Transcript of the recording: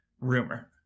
rumor